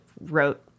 wrote